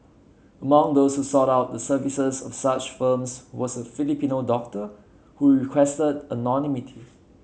among those who sought out the services of such firms was a Filipino doctor who requested anonymity